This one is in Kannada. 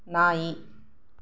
ನಾಯಿ